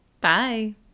Bye